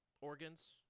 Organs